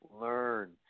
Learn